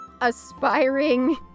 aspiring